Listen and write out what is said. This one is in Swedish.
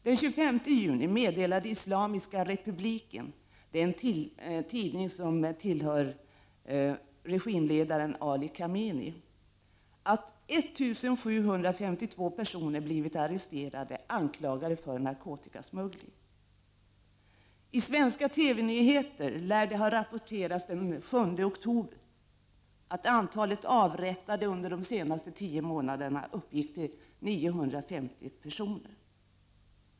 Den 25 juni meddelade Islamiska Republiken — en tidning som tillhör regimledaren Ali Khameni — att 1 752 personer hade blivit arresterade, anklagade för narkotikasmuggling. I svenska TV-nyheter lär det ha rapporterats den 7 oktober att antalet avrättade under de senaste tio månaderna uppgick till 950 personer.